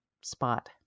spot